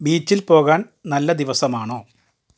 ബീച്ചിൽ പോകാൻ നല്ല ദിവസമാണോ